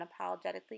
Unapologetically